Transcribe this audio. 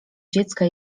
dziecka